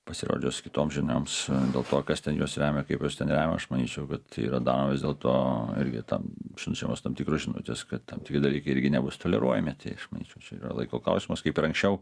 pasirodžius kitoms žinioms dėl to kas ten juos remia kaip juos ten remia aš manyčiau kad yra daroma vis dėl to irgi ten siunčiamos tam tikros žinutės kad tam tikri dalykai irgi nebus toleruojami tai aš manyčiau čia yra laiko klausimas kaip ir anksčiau